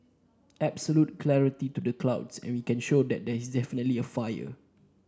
absolute clarity through the clouds and we can show that there is definitely a fire